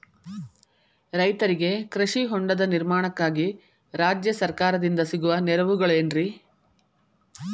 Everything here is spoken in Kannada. ರೈತರಿಗೆ ಕೃಷಿ ಹೊಂಡದ ನಿರ್ಮಾಣಕ್ಕಾಗಿ ರಾಜ್ಯ ಸರ್ಕಾರದಿಂದ ಸಿಗುವ ನೆರವುಗಳೇನ್ರಿ?